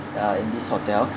ya in this hotel